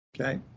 Okay